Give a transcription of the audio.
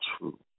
true